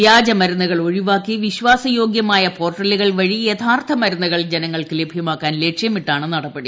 വ്യാജ മരുന്നുകൾ ഒഴിപ്പാക്കി വിശ്വാസയോഗ്യമായ പോർട്ടലുകൾവഴി യഥാർത്ഥ മരുന്നുകൾ ജനങ്ങൾക്കു ലഭ്യമാക്കാൻ ലക്ഷ്യമിട്ടാണ് നടപടി